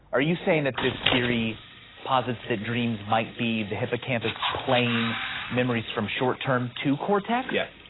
are you saying that this theory posits that dreams might be the hippocampus plane memories from short term to cortex? yes,